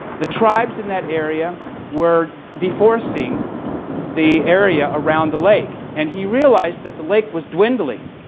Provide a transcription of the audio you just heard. the tribes in that area were deforesting the area around the lake. and he realized that the lake was dwindling.